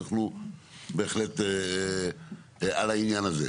אנחנו על העניין הזה.